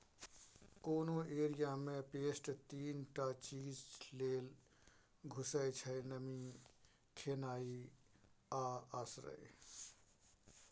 कोनो एरिया मे पेस्ट तीन टा चीज लेल घुसय छै नमी, खेनाइ आ आश्रय